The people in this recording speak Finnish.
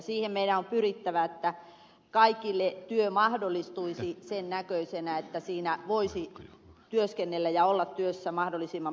siihen meidän on pyrittävä että kaikille työ mahdollistuisi sen näköisenä että siinä voisi työskennellä ja olla mahdollisimman pitkään